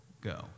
go